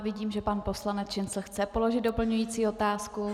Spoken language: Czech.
Vidím, že pan poslanec Šincl chce položit doplňující otázku.